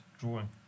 drawing